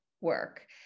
work